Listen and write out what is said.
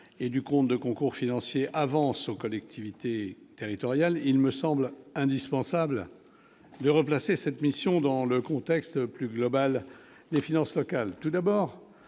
et du comte de concours financier avance aux collectivités territoriales, il me semble indispensable de replacer cette mission dans le contexte plus global des finances locales,